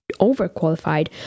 overqualified